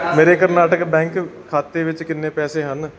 ਮੇਰੇ ਕਰਨਾਟਕ ਬੈਂਕ ਖਾਤੇ ਵਿੱਚ ਕਿੰਨੇ ਪੈਸੇ ਹਨ